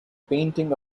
painting